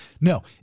No